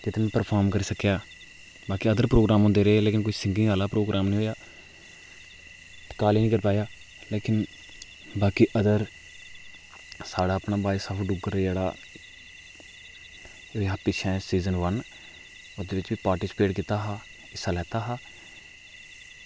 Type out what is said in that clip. ते उत्थै में निं परफार्म करी सकेआ बाकी अदर प्रोग्राम होंदे रेह् लेकिन सिंगिंग आह्ला प्रोग्राम निं होआ लेकिन बाकी अदर वॉयस ऑफ डुग्गर साढ़ा अपना जेह्ड़ा रेहा पिच्छें सीज़न वन ओह्दे बिच बी पार्टिस्पेट कीता हा हिस्सा लैता हा